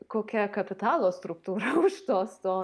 kokia kapitalo struktūra už sosto